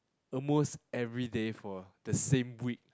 almost everyday for the same week